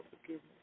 forgiveness